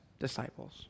disciples